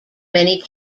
many